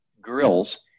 grills